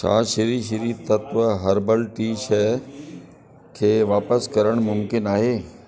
छा Shri Shri Tattva herbal tea शइ खे वापिसि करणु मुमकिन आहे